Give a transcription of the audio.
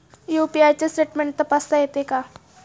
UPI चे statement तपासता येते का?